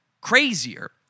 crazier